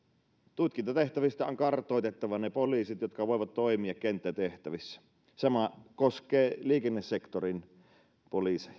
tutkintatehtävistä on kartoitettava ne poliisit jotka voivat toimia kenttätehtävissä sama koskee liikennesektorin poliiseja